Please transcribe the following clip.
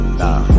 nah